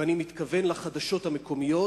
ואני מתכוון לחדשות המקומיות.